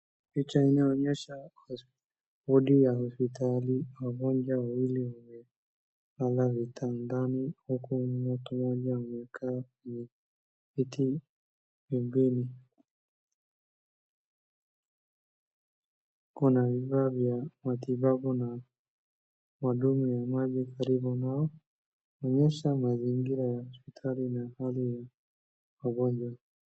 Picha inaonyesha wodi ya hospitali. Wagonjwa wawili wamelala vitandani huku mtu mmoja amekaa kwenye kiti pembeni. Kuna vifaa vya matibabu na wahudumu ya maji karibu nao. Inaonyesha mazingira ya hospitali na hali ya wagonjwa.